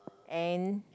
and